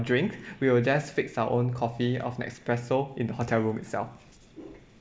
drink we will just fix our own coffee of nespresso in the hotel room itself